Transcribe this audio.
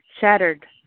shattered